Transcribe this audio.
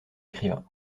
écrivain